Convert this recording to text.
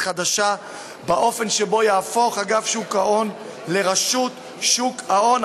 חדשה באופן שבו יהפוך אגף שוק ההון לרשות שוק ההון,